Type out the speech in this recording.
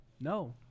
No